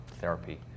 therapy